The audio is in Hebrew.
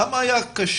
למה היה קשה